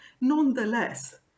nonetheless